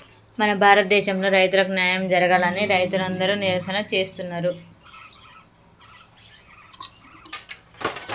మన భారతదేసంలో రైతులకు న్యాయం జరగాలని రైతులందరు నిరసన చేస్తున్నరు